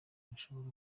bushobora